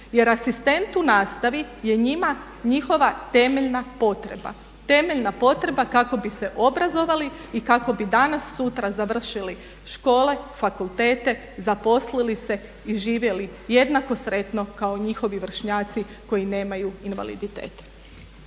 Jer asistent u nastavi je njima njihova temeljna potreba kako bi se obrazovali i kako bi danas-sutra završili škole, fakultete, zaposlili se i živjeli jednako sretno kao njihovi vršnjaci koji nemaju invaliditet.